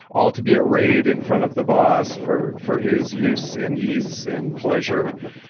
all to be a raid in front of the boss for for his use and ease and pleasure.